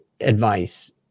advice